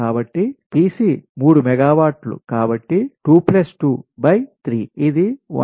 కాబట్టి Pc 3 మెగావాట్ల కాబట్టి ఇది 1